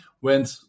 went